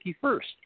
First